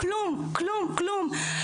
אבל כלום, כלום, כלום.